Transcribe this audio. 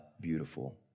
beautiful